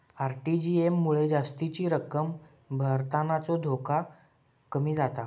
RTGS मुळे जास्तीची रक्कम भरतानाचो धोको कमी जाता